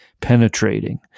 penetrating